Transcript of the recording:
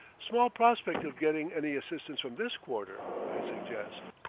small prospect of getting any assistance from this quarter, i suggest.